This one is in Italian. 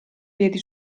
piedi